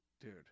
Dude